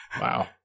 Wow